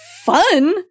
Fun